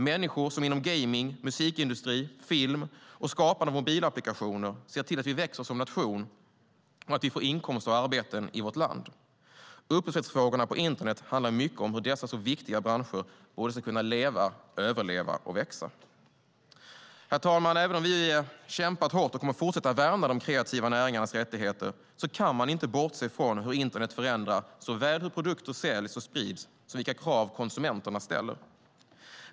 Människor inom gaming, musikindustri, film och skapande av mobilapplikationer ser till att vi växer som nation och att vi får inkomster och arbeten i vårt land. Upphovsrättsfrågorna på internet handlar mycket om hur dessa så viktiga branscher ska kunna leva, överleva och växa. Herr talman! Även om vi har kämpat hårt och kommer att fortsätta värna de kreativa näringarnas rättigheter kan man inte bortse från hur internet förändrar såväl hur produkter säljs och sprids som vilka krav konsumenterna ställer.